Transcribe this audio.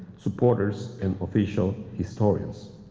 supporters, and official historians.